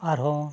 ᱟᱨᱦᱚᱸ